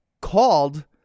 called